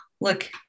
look